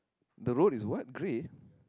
the road is what grey